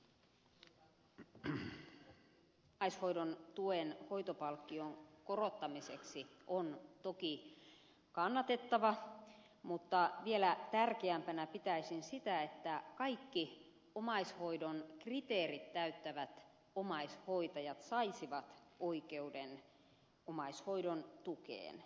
esitys omaishoidon tuen hoitopalkkion korottamiseksi on toki kannatettava mutta vielä tärkeämpänä pitäisin sitä että kaikki omaishoidon kriteerit täyttävät omaishoitajat saisivat oikeuden omaishoidon tukeen